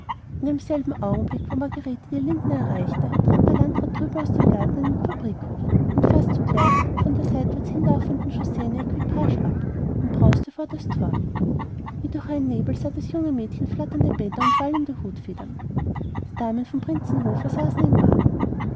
in demselben augenblick wo margarete die linden er reichte trat der landrat drüben aus dem garten in den fabrikhof und fast zugleich bog von der seitwärts hinlaufenden chaussee eine equipage ab und brauste vor das thor wie durch einen nebel sah das junge mädchen flatternde bänder und wallende hutfedern die damen vom prinzenhofe saßen im wagen